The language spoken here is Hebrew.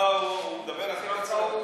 לא, הוא מדבר הכי קצר.